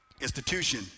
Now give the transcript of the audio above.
institution